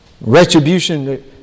retribution